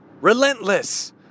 relentless